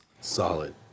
Solid